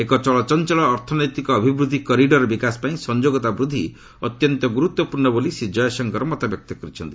ଏକ ଚଳଚଞ୍ଚଳ ଅର୍ଥନୈତିକ ଅଭିବୃଦ୍ଧି କରିଡ଼ରର ବିକାଶ ପାଇଁ ସଂଯୋଗତା ବୃଦ୍ଧି ଅତ୍ୟନ୍ତ ଗୁରୁତ୍ୱପୂର୍ଣ୍ଣ ବୋଲି ଶ୍ରୀ ଜୟଶଙ୍କର ମତବ୍ୟକ୍ତ କରିଛନ୍ତି